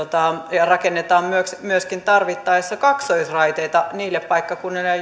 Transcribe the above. ja rakennetaan myöskin tarvittaessa kaksoisraiteita niille paikkakunnille